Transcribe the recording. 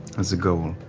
as a goal.